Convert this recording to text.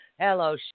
Hello